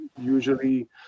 usually